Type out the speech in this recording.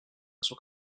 zuk